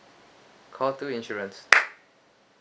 call two insurance